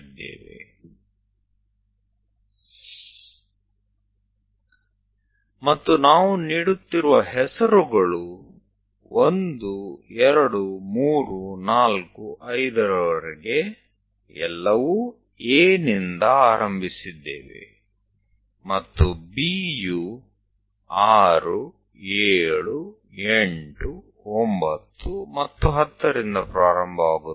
અને નામો કે જે આપણે બનાવી રહ્યા છીએ તે A થી ચાલુ કરીને 12345 અને ફરીથી B ચાલુ કરીને 678 અને 9 અને 10 અને ફરીથી તે A પાસે જાય છે